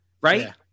right